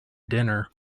dinner